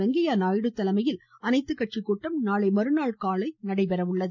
வெங்கைய நாயுடு தலைமையில் அனைத்துக் கட்சிக் கூட்டம் நாளை மறுநாள் காலை நடைபெறுகிறது